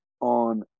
on